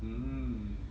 mm